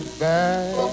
back